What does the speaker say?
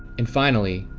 and finally,